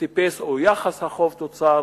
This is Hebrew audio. החוב-תוצר